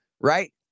right